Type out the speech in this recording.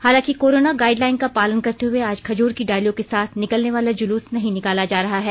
हालांकि corona guideline का पालन करते हुए आज खजूर की डालियों के साथ निकलने वाला जुलूस नहीं निकाला जा रहा है